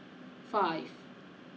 five